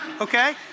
Okay